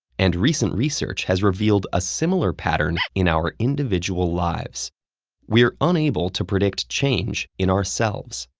and recent research has revealed a similar pattern in our individual lives we're unable to predict change in ourselves.